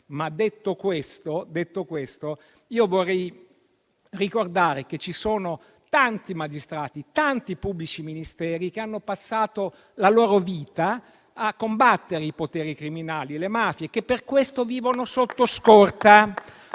Detto questo, vorrei ricordare che ci sono tanti magistrati e tanti pubblici ministeri che hanno passato la loro vita a combattere i poteri criminali e le mafie, e che per questo vivono sotto scorta.